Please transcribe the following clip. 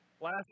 Last